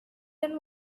and